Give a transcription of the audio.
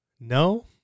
No